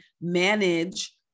manage